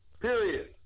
Period